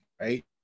right